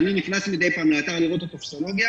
ואני נכנס מדי פעם לאתר לראות את הטופסולוגיה,